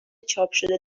چاپشده